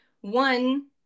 One